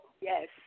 Yes